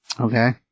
Okay